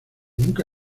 nunca